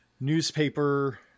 newspaper